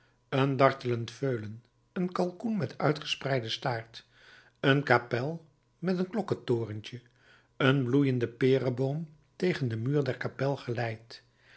een dartelend veulen een kalkoen met uitgespreiden staart een kapel met een klokkentorentje een bloeiende pereboom tegen den muur der kapel geleid